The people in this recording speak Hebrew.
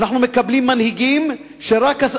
אנו מקבלים מנהיגים שרק,